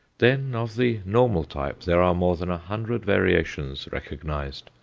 then, of the normal type there are more than a hundred variations recognized,